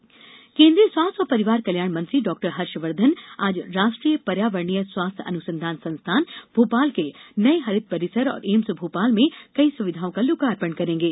हर्षवर्धन केंद्रीय स्वास्थ्य और परिवार कल्याण मंत्री डॉ हर्षवर्धन आज राष्ट्रीय पर्यावरणीय स्वास्थ्य अनुसंधान संस्थान भोपाल के नए हरित परिसर और एम्स भोपाल में कई सुविधाओं का लोकार्पण करेंगे